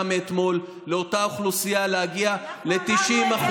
מאתמול לאותה אוכלוסייה להגיע ל-90%.